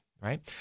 right